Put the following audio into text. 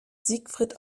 siegfried